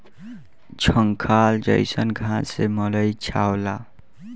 झंखार जईसन घास से मड़ई छावला